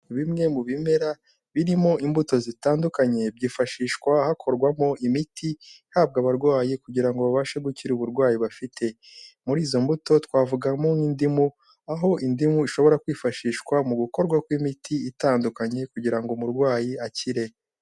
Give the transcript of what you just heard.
Bimwe mu bimera birimo imbuto zitandukanye, byifashishwa hakorwamo imiti ihabwa abarwayi, kugira ngo babashe gukira uburwayi bafite, muri izo mbuto twavugamo nk'indimu, aho indimu ishobora kwifashishwa mu gukorwa kw'imiti itandukanye, kugira ngo umurwayi akire.